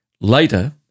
Later